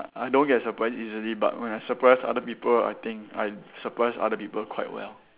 I don't get surprised easily but when I surprise other people I think I surprise other people quite well